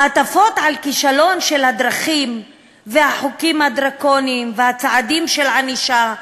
ההטפות על הכישלון של הדרכים והחוקים הדרקוניים וצעדי הענישה,